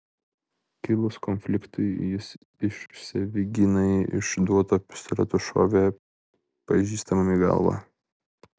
kilus konfliktui jis iš savigynai išduoto pistoleto šovė pažįstamam į galvą